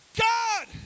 God